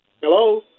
Hello